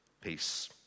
peace